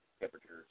Temperatures